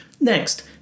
Next